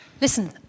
Listen